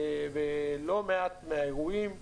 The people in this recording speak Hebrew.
בלא מעט מהאירועים,